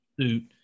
suit